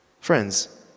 Friends